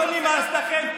לא נמאס לכם?